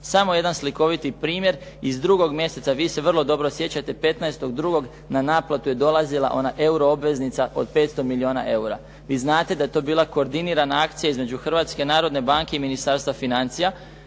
Samo jedan slikoviti primjer iz drugog mjeseca. Vi se vrlo dobro sjećate 15.2. na naplatu je dolazila ona euro obveznica od 500 milijuna eura. Vi znate da je to bila koordinirana akcija između Hrvatske narodne banke i Ministarstva financija